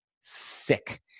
sick